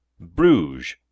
Bruges